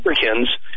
Americans